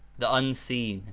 the unseen?